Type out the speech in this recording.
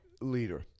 leader